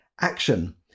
action